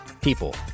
people